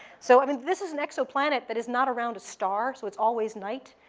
so i mean this is an exoplanet that is not around a star, so it's always night.